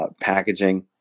packaging